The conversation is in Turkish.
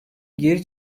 geri